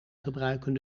gebruiken